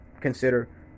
consider